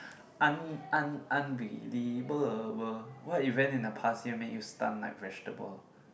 un~ un~ unbelievable what event in the past year make you stunned like vegetable